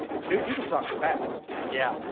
dude you can talk fast. yeah.